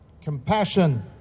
compassion